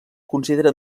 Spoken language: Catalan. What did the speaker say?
considera